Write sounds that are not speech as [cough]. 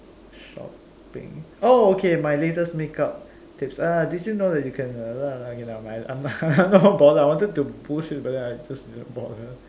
shopping oh okay my latest make up tips ah did you know that you can [noise] okay never mind [laughs] I'm not bothered I wanted to bullshit but then I just didn't bother